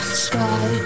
sky